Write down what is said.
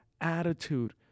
attitude